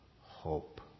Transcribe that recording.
hope